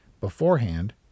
beforehand